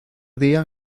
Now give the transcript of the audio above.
día